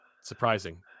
surprising